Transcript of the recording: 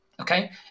Okay